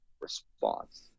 response